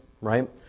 right